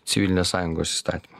civilinės sąjungos įstatymą